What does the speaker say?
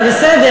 זה בסדר.